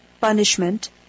Punishment